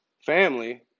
family